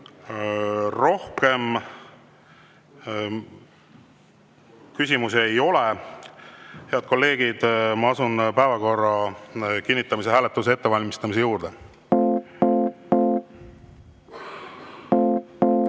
Rohkem küsimusi ei ole. Head kolleegid, me asume päevakorra kinnitamise hääletuse ettevalmistamise